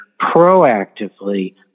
proactively